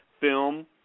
film